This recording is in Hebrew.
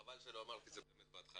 חבל שלא אמרתי את זה בהתחלה.